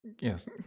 Yes